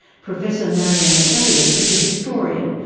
professor marianne elliott is a historian.